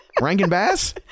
Rankin-Bass